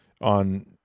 on